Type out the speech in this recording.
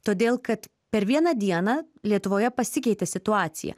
todėl kad per vieną dieną lietuvoje pasikeitė situacija